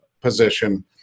position